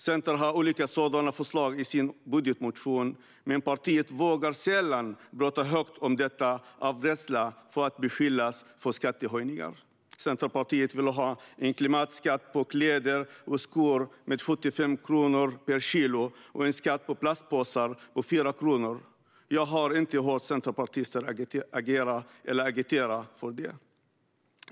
Centern har olika sådana förslag i sin budgetmotion, men partiet vågar sällan prata högt om detta av rädsla för att beskyllas för skattehöjningar. Centerpartiet vill ha en kemikalieskatt på kläder och skor med 75 kronor per kilo och en skatt på plastpåsar på 4 kronor. Jag har inte hört centerpartister agitera för detta.